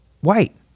white